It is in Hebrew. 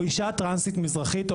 אישה טרנסית מזרחית,